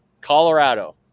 Colorado